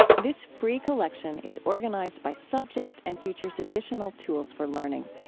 this free collection is organized by subject and features additional tools for learning.